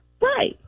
Right